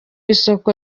isoko